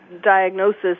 diagnosis